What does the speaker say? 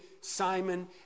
Simon